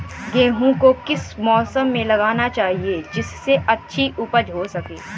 गेहूँ को किस मौसम में लगाना चाहिए जिससे अच्छी उपज हो सके?